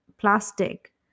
plastic